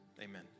Amen